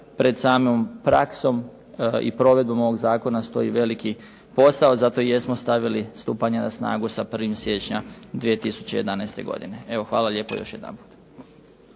pred samom praksom i provedbom ovog zakona stoji veliki posao. Zato i jesmo stavili stupanje na snagu sa 1. siječnja 2011. godine. Evo, hvala lijepo još jedanput.